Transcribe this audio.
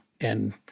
and-